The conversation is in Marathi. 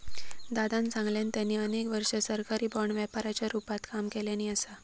दादानं सांगल्यान, त्यांनी अनेक वर्षा सरकारी बाँड व्यापाराच्या रूपात काम केल्यानी असा